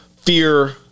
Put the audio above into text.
fear